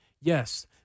Yes